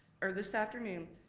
or this afternoon,